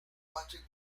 patrick